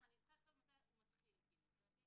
החוק מתחיל.